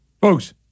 Folks